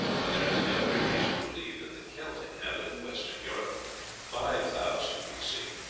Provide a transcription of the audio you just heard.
while there is every reason to believe that the celt inhabited western europe five thousand b c.